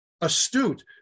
astute